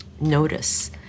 notice